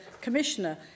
Commissioner